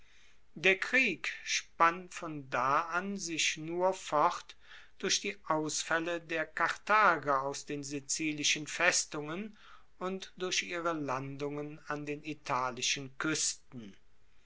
der krieg spann von da an sich nur fort durch die ausfaelle der karthager aus den sizilischen festungen und durch ihre landungen an den italischen kuesten